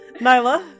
Nyla